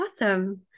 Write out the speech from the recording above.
Awesome